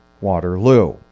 Waterloo